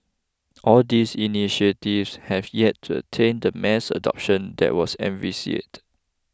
all these initiatives have yet to attain the mass adoption that was envisaged